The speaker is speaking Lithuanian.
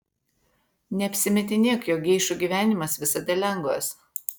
neapsimetinėk jog geišų gyvenimas visada lengvas